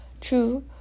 true